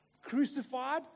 crucified